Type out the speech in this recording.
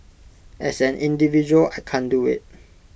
as an individual I can't do IT